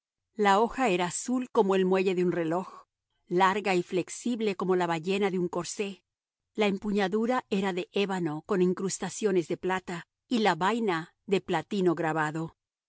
la hoja era azul como el muelle de un reloj larga y flexible como la ballena de un corsé la empuñadura era de ébano con incrustaciones de plata y la vaina de platino grabado